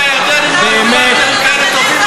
גם המצרים והירדנים לא היו פרטנרים כאלה טובים,